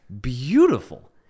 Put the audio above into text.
beautiful